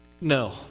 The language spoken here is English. No